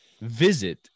visit